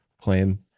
claim